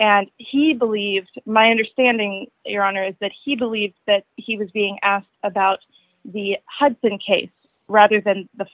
and he believed my understanding your honor is that he believed that he was being asked about the hudson case rather than the